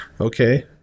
okay